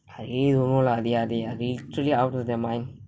I don't know lah they are they are literary out of their mind